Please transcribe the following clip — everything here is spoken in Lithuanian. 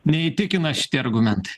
neįtikina šitie argumentai